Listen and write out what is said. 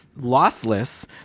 lossless